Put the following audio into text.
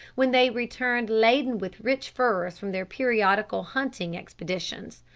when they returned laden with rich furs from their periodical hunting expeditions.